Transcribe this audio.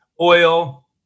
oil